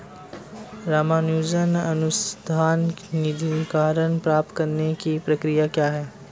रामानुजन अनुसंधान निधीकरण प्राप्त करने की प्रक्रिया क्या है?